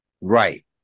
Right